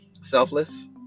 Selfless